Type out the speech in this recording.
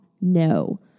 No